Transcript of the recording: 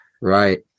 Right